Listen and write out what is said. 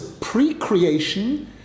pre-creation